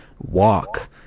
walk